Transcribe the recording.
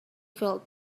filled